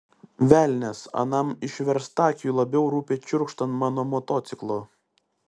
velnias anam išverstakiui labiau rūpi čiurkšt ant mano motociklo